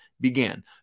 began